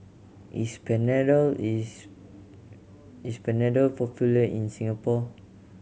is Panadol is is Panadol popular in Singapore